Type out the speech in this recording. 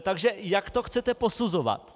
Takže jak to chcete posuzovat?